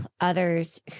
others